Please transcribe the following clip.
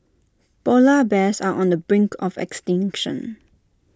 Polar Bears are on the brink of extinction